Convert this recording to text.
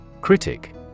Critic